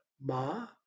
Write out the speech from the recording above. Ma